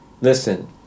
Listen